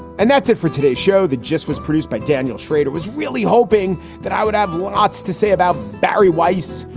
and that's it for today's show, the gist was produced by daniel schrader was really hoping that i would have lots to say about barry weiss,